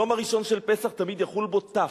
יום הראשון של פסח תמיד יחול בו תי"ו,